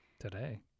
Today